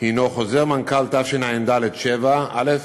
הוא חוזר מנכ"ל תשע"ד 7(א)